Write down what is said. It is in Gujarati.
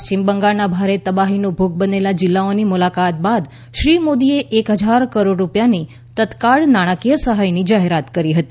પશ્ચિમ બંગાળના ભારે તબાહીનો ભોગ બનેલા જિલ્લાઓની મુલાકાત બાદ શ્રી મોદી એ એક હજાર કરોડ રૂપિયાની તત્કાળ નાણાકીય સહાયની જાહેરાત કરી હતી